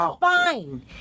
fine